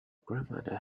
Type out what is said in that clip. grandmother